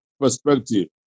perspective